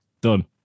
Done